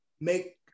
make